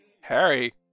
Harry